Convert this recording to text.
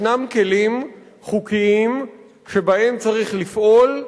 ישנם כלים חוקיים שבהם צריך לפעול,